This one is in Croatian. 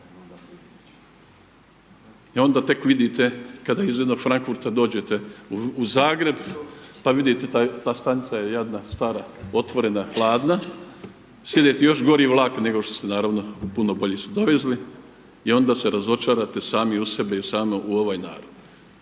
i onda tek vidite kada iz jednog Frankfurta dođete u Zagreb, pa vidite ta stanica je jadna, stara, otvorena, hladna, sjedate u još gori vlak nego što ste, naravno, puno bolji su dovezli i onda se razočarate sami u sebe i u samo ovaj narod.